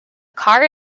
car